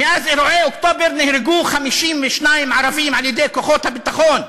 מאז אירועי אוקטובר נהרגו 52 ערבים על-ידי כוחות הביטחון.